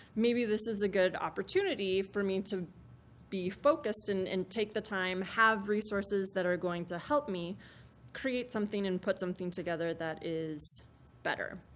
maybe this is a good opportunity for me to be focused, and and take the time, have resources that are going to help me create something and put something together that is better.